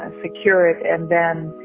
ah secure it and then,